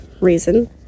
reason